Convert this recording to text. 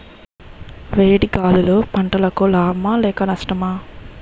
వేడి గాలులు పంటలకు లాభమా లేక నష్టమా?